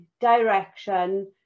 direction